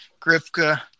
Grifka